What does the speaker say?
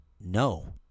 No